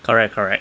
correct correct